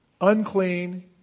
unclean